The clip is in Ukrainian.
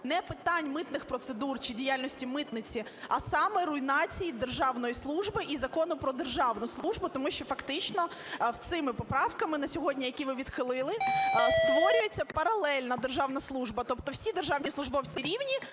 не питань митних процедур чи діяльності митниці, а саме руйнації державної служби і Закону "Про державну службу", тому що фактично цими поправками на сьогодні, які ви відхилили, створюється паралельна державна служба, тобто всі державні службовці рівні,